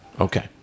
Okay